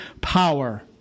power